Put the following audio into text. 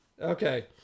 okay